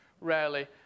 rarely